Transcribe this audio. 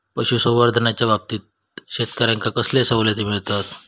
पशुसंवर्धनाच्याबाबतीत शेतकऱ्यांका कसले सवलती मिळतत?